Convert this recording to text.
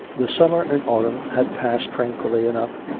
the summer and autumn had passed tranquilly enough,